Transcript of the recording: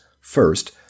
First